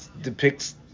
depicts